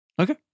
Okay